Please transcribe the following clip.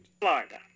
Florida